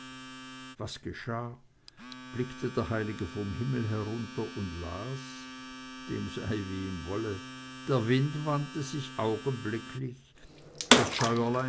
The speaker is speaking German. was geschah blickte der heilige vom himmel herunter und las dem sei wie ihm wolle der wind wandte sich augenblicklich das